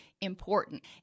important